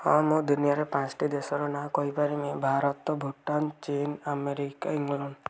ହଁ ମୁଁ ଦୁନିଆର ପାଞ୍ଚଟି ଦେଶର ନାଁ କହିପାରିବି ଭାରତ ଭୁଟାନ ଚୀନ ଆମେରିକା ଇଂଲଣ୍ଡ